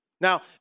Now